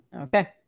Okay